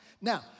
Now